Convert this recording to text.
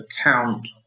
account